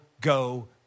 go